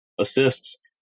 assists